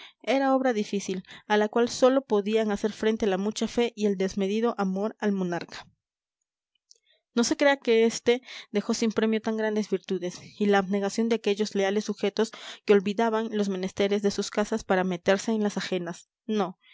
era obra difícil a la cual sólo podían hacer frente la mucha fe y el desmedido amor al monarca no se crea que este dejó sin premio tan grandes virtudes y la abnegación de aquellos leales sujetos que olvidaban los menesteres de sus casas para meterse en las ajenas no